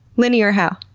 linear, how?